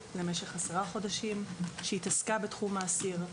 במשך 10 חודשים שהתעסקה בתחום האסיר,